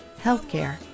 healthcare